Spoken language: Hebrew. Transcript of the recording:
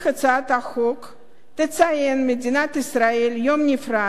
תציין מדינת ישראל יום נפרד שיוקדש לחסידי